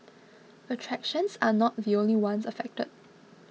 attractions are not the only ones affected